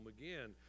again